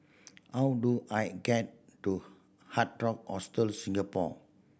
how do I get to Hard Rock Hostel Singapore